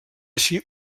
així